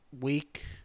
week